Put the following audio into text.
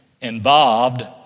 involved